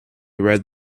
read